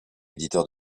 éditeur